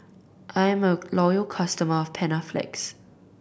I'm a loyal customer of Panaflex